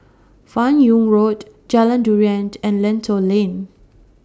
fan Yoong Road Jalan Durian and Lentor Lane